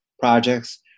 projects